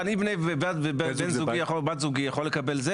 אני ובן זוגי או בת זוגי, יכולים לקבל את זה?